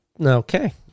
Okay